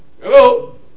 Hello